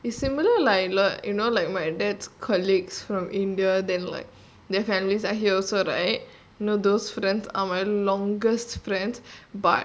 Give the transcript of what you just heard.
is similar like like you know like my dad's colleagues from india then like their families are here also right you know those friends are my longest friend but